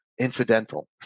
incidental